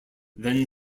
then